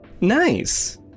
Nice